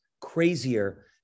crazier